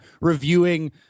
reviewing